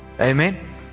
Amen